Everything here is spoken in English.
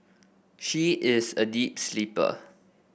she is a deep sleeper